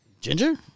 Ginger